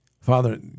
Father